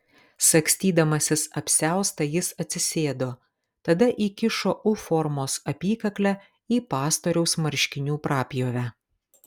sagstydamasis apsiaustą jis atsisėdo tada įkišo u formos apykaklę į pastoriaus marškinių prapjovę